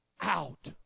out